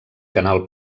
canal